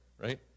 right